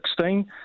2016